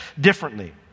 differently